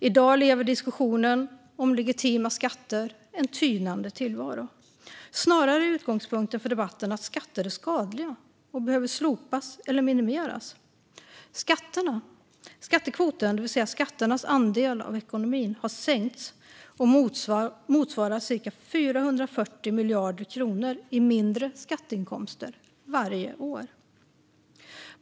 I dag för diskussionen om legitima skatter en tynande tillvaro. Snarare är utgångspunkten för debatten att skatter är skadliga och behöver slopas eller minimeras. Skattekvoten, det vill säga skatternas andel av ekonomin, har sänkts och motsvarar cirka 440 miljarder kronor lägre skatteinkomster varje år.